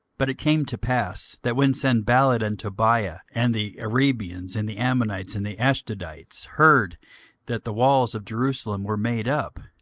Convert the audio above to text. but it came to pass, that when sanballat, and tobiah, and the arabians, and the ammonites, and the ashdodites, heard that the walls of jerusalem were made up,